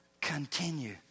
continue